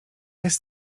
jest